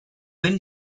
been